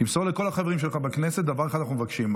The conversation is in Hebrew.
תמסור לכל החברים שלך בכנסת שדבר אחד אנחנו מבקשים,